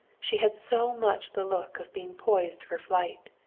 she had so much the look of being poised for flight.